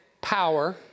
power